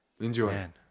Enjoy